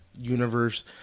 universe